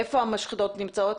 איפה המשחטות נמצאות?